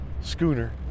Schooner